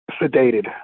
sedated